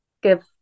give